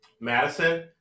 Madison